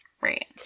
right